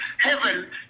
heaven